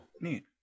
Neat